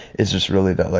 it's just really that like,